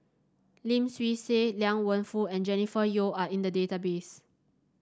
Lim Swee Say Liang Wenfu and Jennifer Yeo are in the database